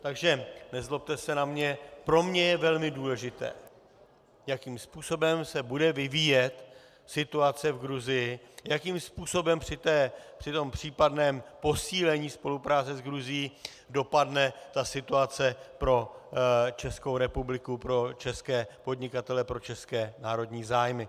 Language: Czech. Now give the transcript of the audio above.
Takže nezlobte se na mě, pro mě je velmi důležité, jakým způsobem se bude vyvíjet situace v Gruzii, jakým způsobem při tom případném posílení spolupráce s Gruzií dopadne ta situace pro Českou republiku, pro české podnikatele, pro české národní zájmy.